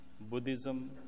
Buddhism